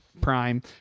Prime